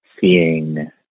seeing